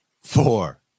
four